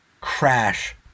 crash